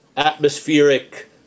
atmospheric